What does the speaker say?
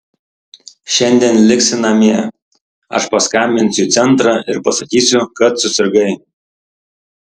šiandien liksi namie aš paskambinsiu į centrą ir pasakysiu kad susirgai